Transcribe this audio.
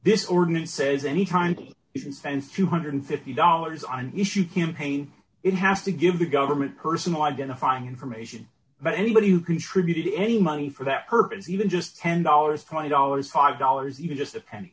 this ordinance says any time and spends two hundred and fifty dollars on issue campaign it has to give the government personal identifying information about anybody who contributed any money for that purpose even just ten dollars twenty dollars five dollars even just a penny